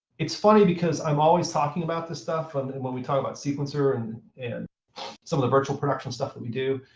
it's funny, because i'm always talking about this stuff and and when we talk about sequencer and and some of the virtual production stuff that we do.